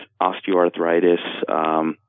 osteoarthritis